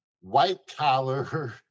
white-collar